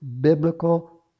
biblical